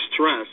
Stress